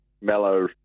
mellow